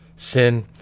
Sin